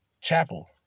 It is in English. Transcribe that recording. Chapel